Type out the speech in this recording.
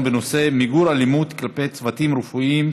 אדוני היושב-ראש,